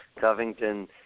Covington